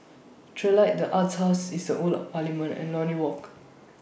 Trilight The Arts House IS The Old Parliament and Lornie Walk